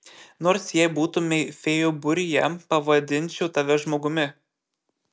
nors jei būtumei fėjų būryje pavadinčiau tave žmogumi